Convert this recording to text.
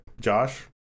Josh